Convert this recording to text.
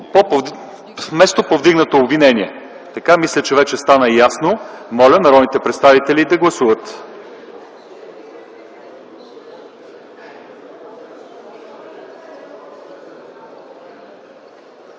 вместо „повдигнато обвинение”. Така мисля, че вече стана ясно. Моля народните представители да гласуват.